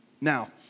Now